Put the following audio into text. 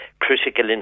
critical